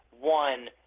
one